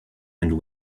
and